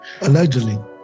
Allegedly